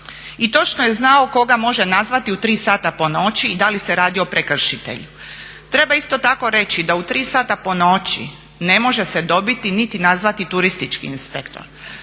i točno je znao koga može nazvati u 3 sata po noći i da li se radi o prekršitelju. Treba isto tako reći da u 3 sata po noći ne može se dobiti niti nazvati turistički inspektor.